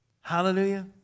Hallelujah